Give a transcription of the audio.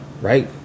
right